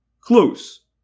Close